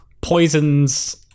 poisons